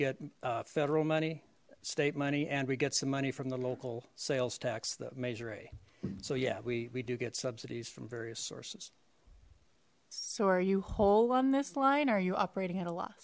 get federal money state money and we get some money from the local sales tax the major a so yeah we we do get subsidies from various sources so are you hold on this line are you operating at a lo